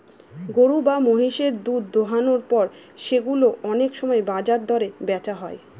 গরু বা মহিষের দুধ দোহানোর পর সেগুলো অনেক সময় বাজার দরে বেচা হয়